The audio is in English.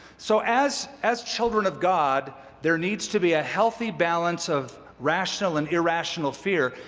so as as children of god there needs to be a healthy balance of rational and irrational fear,